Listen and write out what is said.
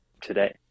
today